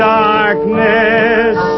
darkness